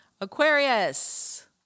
Aquarius